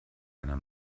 einer